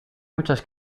muchas